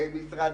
למשרד